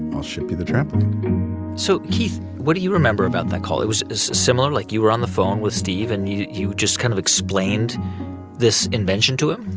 i'll ship you the trampoline so, keith, what do you remember about that call? it was similar like, you were on the phone with steve and you you just kind of explained this invention to him?